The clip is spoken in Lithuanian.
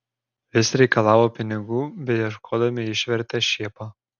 vis reikalavo pinigų beieškodami išvertė šėpą